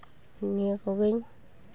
ᱱᱤᱭᱟᱹ ᱠᱚᱜᱤᱧ